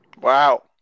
Wow